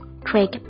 Craig